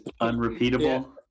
unrepeatable